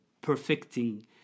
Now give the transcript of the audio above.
perfecting